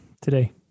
today